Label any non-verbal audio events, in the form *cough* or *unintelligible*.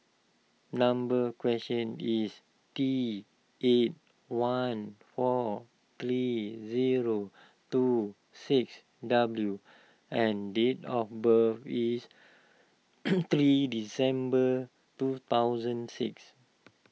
number *unintelligible* is T eight one four three zero two six W and date of birth is *noise* three December two thousand six